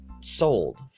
sold